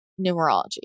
numerology